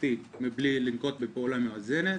תוספתי מבלי לנקוט בפעולה מאזנת.